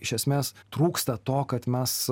iš esmės trūksta to kad mes